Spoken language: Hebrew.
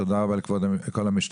תודה רבה לכל המשתתפים,